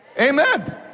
Amen